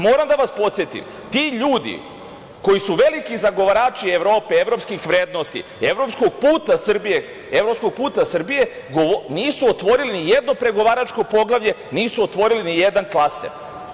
Moram da vas podsetim, ti ljudi koji su veliki zagovarači Evrope, evropskih vrednosti, evropskog puta Srbije nisu otvorili nijedno pregovaračko poglavlje, nisu otvorili nijedan klaster.